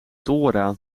thora